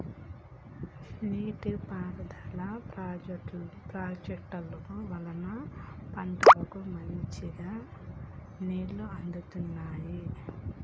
నీటి పారుదల ప్రాజెక్టుల వల్లనే పంటలకు మంచిగా నీళ్లు అందుతున్నాయి